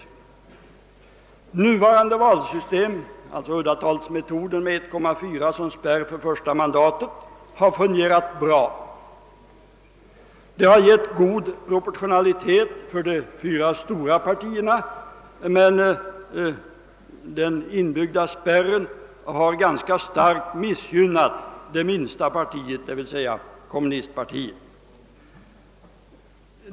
Det nuvarande valsystemet, alltså uddatalsmetoden med faktorn 1,4 som spärr för det första mandatet, har fungerat väl. Det har gett god proportionalitet för de fyra stora partierna, men den inbyggda spärren har ganska starkt missgynnat det minsta riksdagspartiet, d. v. s. kommunisterna.